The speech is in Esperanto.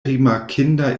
rimarkinda